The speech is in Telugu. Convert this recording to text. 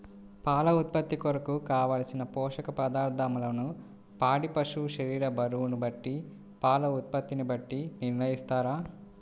పాల ఉత్పత్తి కొరకు, కావలసిన పోషక పదార్ధములను పాడి పశువు శరీర బరువును బట్టి పాల ఉత్పత్తిని బట్టి నిర్ణయిస్తారా?